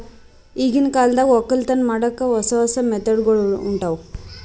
ಈಗಿನ್ ಕಾಲದಾಗ್ ವಕ್ಕಲತನ್ ಮಾಡಕ್ಕ್ ಹೊಸ ಹೊಸ ಮೆಥಡ್ ಗೊಳ್ ಹೊಂಟವ್